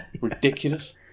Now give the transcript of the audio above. ridiculous